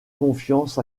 confiance